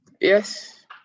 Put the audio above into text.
yes